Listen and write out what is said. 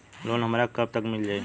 Loan हमरा के कब तक मिल जाई?